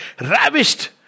Ravished